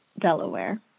Delaware